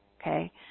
okay